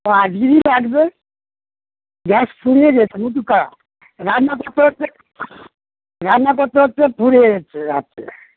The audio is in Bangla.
ও আজকে লাগবে গ্যাস ফুুরিয়ে গিয়েছে রান্নপত্র হচ্ছে রান্নাপত্র হচ্ছে ফুরিয়ে গিয়েছে আছে